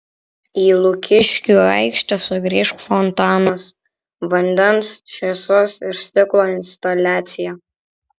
į lukiškių aikštę sugrįš fontanas vandens šviesos ir stiklo instaliacija